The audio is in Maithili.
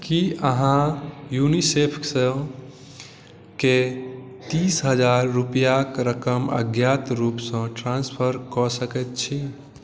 की अहाँ यूनिसेफ सँ के तीस हजार रूपैआक रकम अज्ञात रूप सँ ट्रांसफर कऽ सकैत छी